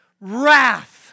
wrath